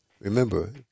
Remember